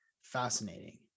fascinating